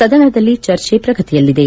ಸದನದಲ್ಲಿ ಚರ್ಚೆ ಪ್ರಗತಿಯಲ್ಲಿದೆ